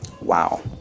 Wow